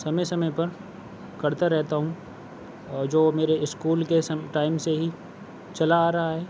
سمے سمے پر کرتا رہتا ہوں اور جو میرے اسکول کے سم ٹائم سے ہی چلا آ رہا ہے